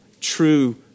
true